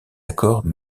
accords